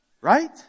Right